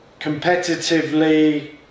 competitively